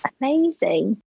Amazing